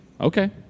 okay